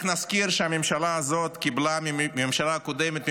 רק נזכיר שהממשלה הזאת קיבלה מהממשלה הקודמת,